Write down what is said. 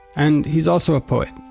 and he's also a poet,